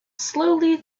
slowly